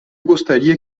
gostaria